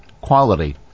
quality